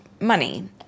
money